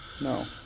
No